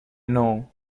know